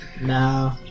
No